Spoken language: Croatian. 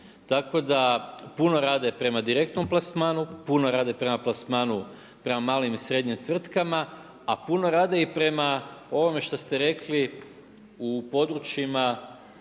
Tako da puno rade prema direktnom plasmanu, puno rade prema plasmanu prema malim i srednjim tvrtkama a puno rade i prema ovome što ste rekli u područjima